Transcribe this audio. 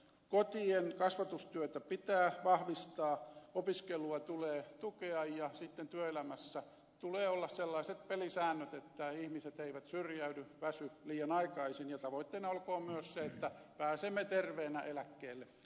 kotien kasvatustyötä pitää vahvistaa opiskelua tulee tukea ja sitten työelämässä tulee olla sellaiset pelisäännöt että ihmiset eivät syrjäydy väsy liian aikaisin ja tavoitteena olkoon myös se että pääsemme terveenä eläkkeelle